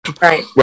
right